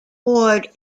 ward